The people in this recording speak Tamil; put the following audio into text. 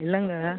இல்லைங்க